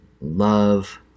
love